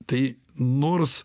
tai nors